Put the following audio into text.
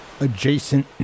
adjacent